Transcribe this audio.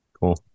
cool